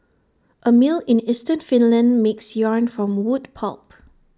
A mill in eastern Finland makes yarn from wood pulp